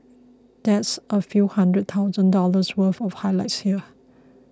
that's a few hundred thousand dollars worth of highlights here